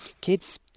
Kids